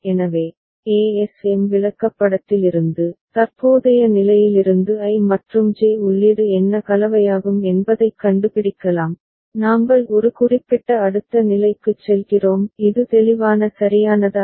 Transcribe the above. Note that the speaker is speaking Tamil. எனவே ASM விளக்கப்படத்திலிருந்து தற்போதைய நிலையிலிருந்து I மற்றும் J உள்ளீடு என்ன கலவையாகும் என்பதைக் கண்டுபிடிக்கலாம் நாங்கள் ஒரு குறிப்பிட்ட அடுத்த நிலைக்குச் செல்கிறோம் இது தெளிவான சரியானதா